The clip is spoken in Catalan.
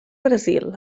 brasil